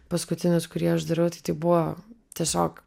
paskutinis kurį aš dariau tai tai buvo tiesiog